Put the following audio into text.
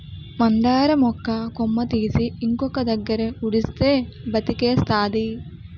మందార మొక్క కొమ్మ తీసి ఇంకొక దగ్గర ఉడిస్తే బతికేస్తాది